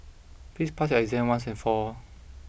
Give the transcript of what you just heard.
please pass your exam once and for all